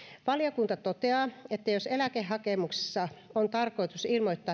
valiokunta toteaa että jos eläkehakemuksissa on tarkoitus